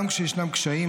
גם כשישנם קשיים,